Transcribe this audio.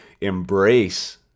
embrace